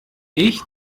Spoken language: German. ich